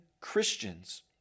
Christians